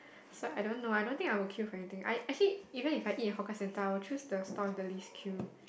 so I don't know I don't think I will queue for anything I actually even if I eat at hawker centre I will choose the stall with the least queue